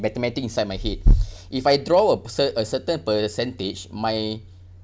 mathematic inside my head if I draw a cert~ a certain percentage my